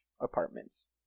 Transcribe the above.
apartments